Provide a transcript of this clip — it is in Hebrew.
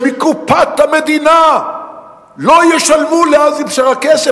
שמקופת המדינה לא ישלמו לעזמי בשארה כסף?